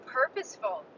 purposeful